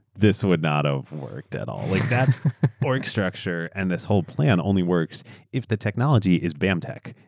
this would not have worked at all. like that work structure and this whole plan only works if the technology is bamtech.